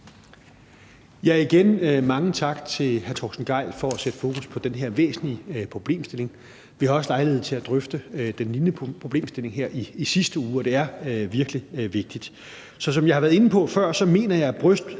Igen mange tak til hr. Torsten Gejl for at sætte fokus på den her væsentlige problemstilling. Vi havde også lejlighed til at drøfte en lignende problemstilling her i sidste uge, og det er virkelig vigtigt. Så som jeg har været inde på før, mener jeg, at